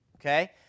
Okay